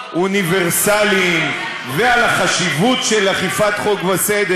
אוניברסליים ועל החשיבות של אכיפת חוק וסדר.